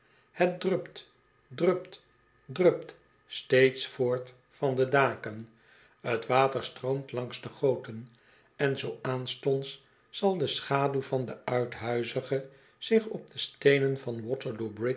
het drupt drupt drupt steeds voort van de daken t water stroomt langs de goten en zoo aanstonds zal de schaduw van de uithuizige zich op de steenen van waterloobridge